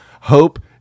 Hope